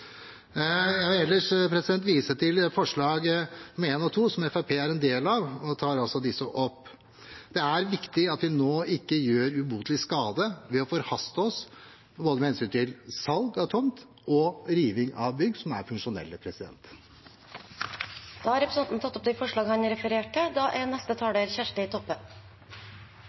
Jeg vil ellers vise til forslagene nr. 1 og 2, som Fremskrittspartiet er en del av, og tar opp disse. Det er viktig at vi nå ikke gjør ubotelig skade ved å forhaste oss, med hensyn til både salg av tomt og riving av bygg som er funksjonelle. Representanten Morten Stordalen har tatt opp de forslagene han refererte til.